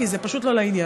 כי זה פשוט לא לעניין.